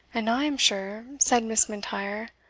and i am sure, said miss m'intyre,